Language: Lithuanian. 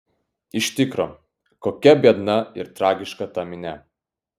iš tikro kokia biedna ir tragiška ta minia